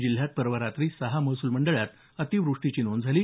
जिल्ह्यात परवा रात्री सहा महसूल मंडळात अतिव्रष्टीची नोंद झाली